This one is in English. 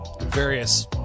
various